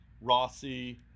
rossi